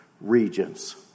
regions